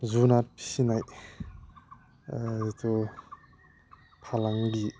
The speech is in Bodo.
जुनार फिसिनाय जितु फालांगि